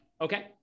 Okay